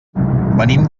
venim